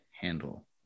handle